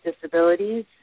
disabilities